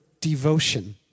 devotion